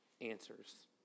answers